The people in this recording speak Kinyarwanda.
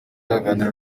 aganira